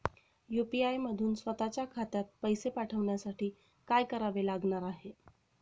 UPI मधून स्वत च्या खात्यात पैसे पाठवण्यासाठी काय करावे लागणार आहे?